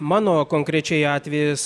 mano konkrečiai atvejis